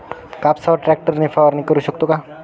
कापसावर ट्रॅक्टर ने फवारणी करु शकतो का?